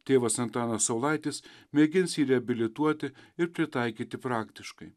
tėvas antanas saulaitis mėgins jį reabilituoti ir pritaikyti praktiškai